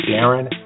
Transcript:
Darren